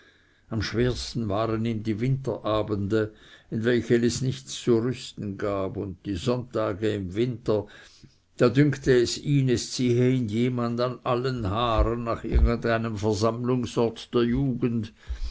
am schwersten waren ihm die winterabende in welchen es nichts zu rüsten gab und die sonntage im winter da dünkte es ihn es ziehe ihn jemand an allen haaren nach irgend einem versammlungsort der jugend